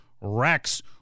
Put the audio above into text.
Rex